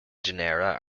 genera